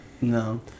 No